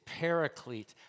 paraclete